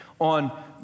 on